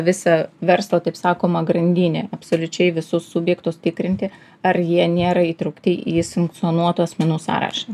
visą verslą taip sakoma grandinė absoliučiai visus subjektus tikrinti ar jie nėra įtraukti į sankcionuotų asmenų sąrašą